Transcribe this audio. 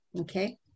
Okay